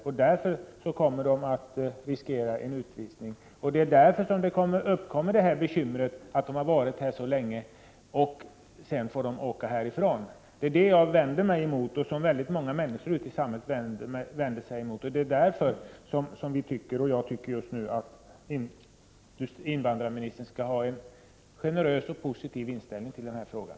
Det är på grund härav dessa familjer riskerar att utvisas och hamnar i den bekymmersamma situationen att de, trots att de har varit här så länge, kan tvingas resa härifrån. Detta vänder jag mig emot. Väldigt många människor ute i samhället vänder sig också emot detta. Vi tycker att invandrarministern skall ha en generös och positiv inställning till den här frågan.